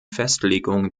festlegung